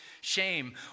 shame